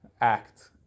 act